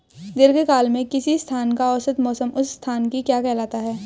दीर्घकाल में किसी स्थान का औसत मौसम उस स्थान की क्या कहलाता है?